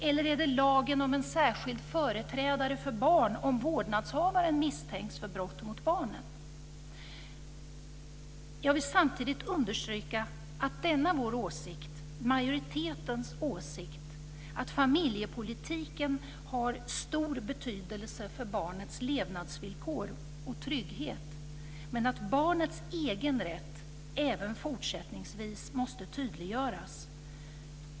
Eller är det lagen om en särskild företrädare för barn om vårdnadshavaren misstänks för brott mot barnen? Jag vill samtidigt understryka att vår åsikt, majoritetens åsikt, är att familjepolitiken har stor betydelse för barnets levnadsvillkor och trygghet men att barnets egen rätt även fortsättningsvis måste tydliggöras.